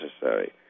necessary